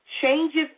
changes